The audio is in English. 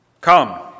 come